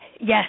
Yes